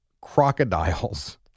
crocodiles